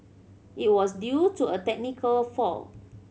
it was due to a technical fault